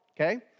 okay